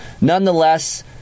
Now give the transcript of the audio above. nonetheless